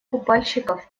купальщиков